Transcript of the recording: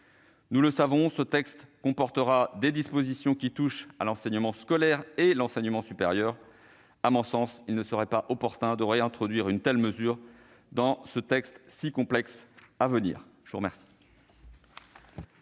Nous le savons, ce texte comportera des dispositions qui touchent à l'enseignement scolaire et à l'enseignement supérieur. À mon sens, il ne serait pas opportun de réintroduire une telle mesure dans un texte si complexe. La parole est à M.